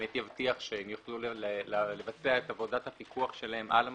שבאמת יבטיח שהם יוכלו לבצע את עבודת הפיקוח שלהם על המפעילים.